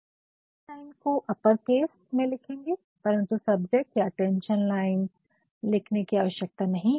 subject line को upper case या बड़े अक्षरों में लिखेंगे परन्तु सब्जेक्ट या अटेंशन लिखने की आवश्यकता नहीं है